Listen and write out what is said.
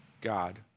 God